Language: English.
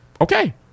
Okay